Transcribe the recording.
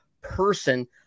person